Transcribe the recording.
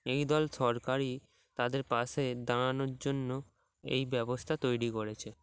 এই দল সরকারই তাদের পাশে দাঁড়ানোর জন্য এই ব্যবস্থা তৈরি করেছে